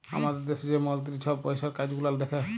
আমাদের দ্যাশে যে মলতিরি ছহব পইসার কাজ গুলাল দ্যাখে